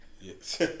Yes